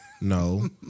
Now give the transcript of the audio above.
No